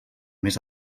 més